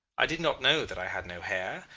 i did not know that i had no hair,